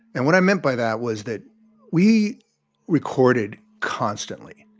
and what i meant by that was that we recorded constantly.